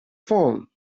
phone